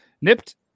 nipped